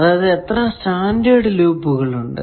അതായത് എത്ര സ്റ്റാൻഡേർഡ് ലൂപ്പുകൾ ഉണ്ട്